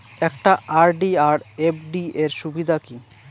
একটা আর.ডি আর এফ.ডি এর সুবিধা কি কি?